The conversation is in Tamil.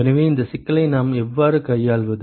எனவே இந்த சிக்கலை நாம் எவ்வாறு கையாள்வது